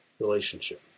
relationship